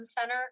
center